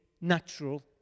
natural